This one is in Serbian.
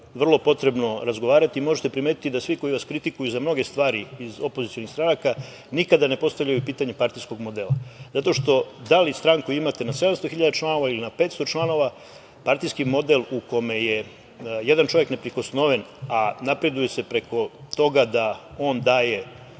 vrlo potrebno razgovarati i možete primetiti da svi koji vas kritikuju za mnoge stvari iz opozicionih stranaka nikada ne postavljaju pitanje partijskog modela zato što da li stranku imate na 700 hiljada članova ili na 500 članova partijski model u kome je jedan čovek neprikosnoven, a napreduje se preko toga da on daje